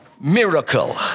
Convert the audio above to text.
miracle